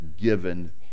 given